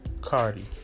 Cardi